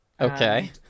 Okay